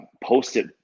post-it